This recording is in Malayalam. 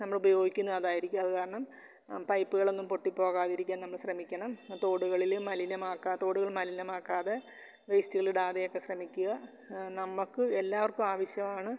നമ്മൾ ഉപയോഗിക്കുന്ന അതായിരിക്കും അതു കാരണം പൈപ്പുകളൊന്നും പൊട്ടിപ്പോകാതിരിക്കാൻ നമ്മൾ ശ്രമിക്കണം തോടുകളിൽ മലിനമാക്കാൻ തോടുകൾ മലിനമാക്കാതെ വേസ്റ്റുകളിടാതെയൊക്കെ ശ്രമിക്കുക നമുക്ക് എല്ലാവർക്കും ആവശ്യമാണ്